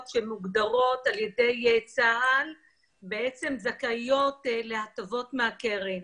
שמוגדרות על ידי צה"ל בעצם זכאים להטבות מהקרן.